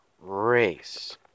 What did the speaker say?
race